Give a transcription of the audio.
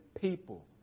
people